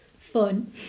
fun